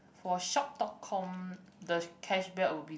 for shop dot com the cashback will be